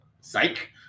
psych